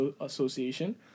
Association